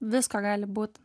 visko gali būt